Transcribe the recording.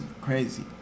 Crazy